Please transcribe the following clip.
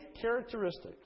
characteristics